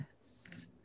Yes